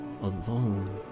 alone